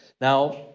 Now